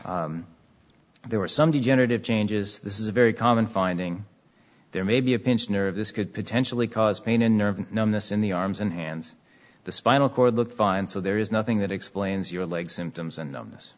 there were some degenerative changes this is a very common finding there may be a pinched nerve this could potentially cause pain and nerve numbness in the arms and hands the spinal cord looked fine so there is nothing that explains your leg symptoms and numb